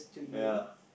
ya